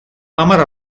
hamar